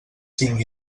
cinc